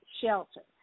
shelter